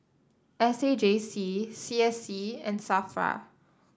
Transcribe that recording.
S A J C C S C and Safra